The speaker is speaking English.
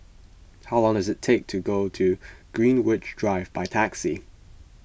how long does it take to go to Greenwich Drive by taxi